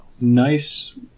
nice